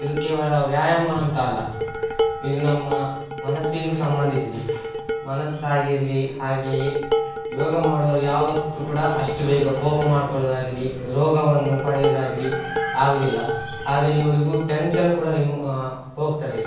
ಇದು ಕೇವಲ ವ್ಯಾಯಾಮ ಅಂತ ಅಲ್ಲ ಇದು ನಮ್ಮ ಮನಸ್ಸಿಗೂ ಸಂಬಂಧಿಸಿದೆ ಮನಸ್ಸಾಗಿರಲಿ ಹಾಗೆಯೇ ಯೋಗ ಮಾಡೋರು ಯಾವತ್ತೂ ಕೂಡ ಅಷ್ಟು ಬೇಗ ಕೋಪ ಮಾಡ್ಕೊಳ್ಳುದಾಗಲೀ ರೋಗವನ್ನು ಪಡೆಯುದಾಗಲೀ ಆಗುವುದಿಲ್ಲ ಹಾಗೆಯೇ ಇವ್ರಿಗೂ ಟೆನ್ಷನ್ ಕೂಡ ರಿಮು ಹೋಗ್ತದೆ